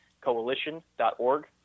coalition.org